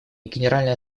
генеральная